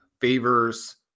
favors